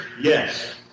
Yes